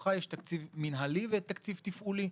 מתוכה יש תקציב מנהלי ותקציב תפעולי.